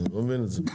אני לא מבין את זה.